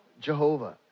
Jehovah